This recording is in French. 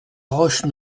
roche